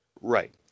Right